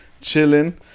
chilling